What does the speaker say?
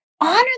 honor